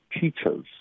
teachers